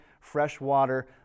freshwater